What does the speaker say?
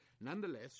Nonetheless